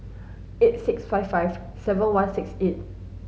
eight six five five seven one six eight